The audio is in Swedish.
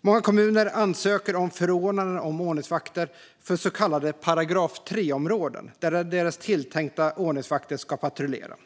Många kommuner ansöker om förordnanden om ordningsvakter för så kallade paragraf 3-områden där deras tilltänkta ordningsvakter ska patrullera.